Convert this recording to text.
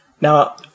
Now